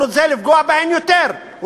הוא רוצה לפגוע בהן יותר,